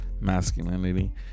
masculinity